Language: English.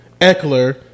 Eckler